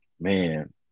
man